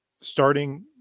starting